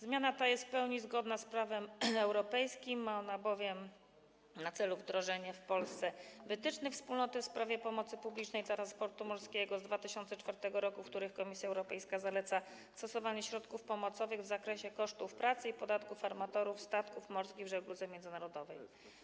Zmiana ta jest w pełni zgodna z prawem europejskim, ma ona bowiem na celu wdrożenie w Polsce „Wytycznych Wspólnoty w sprawie pomocy publicznej dla transportu morskiego” z 2004 r., w których Komisja Europejska zaleca stosowanie środków pomocowych w zakresie kosztów pracy i podatków armatorów statków morskich w żegludze międzynarodowej.